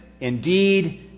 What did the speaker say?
indeed